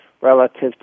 relative